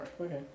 Okay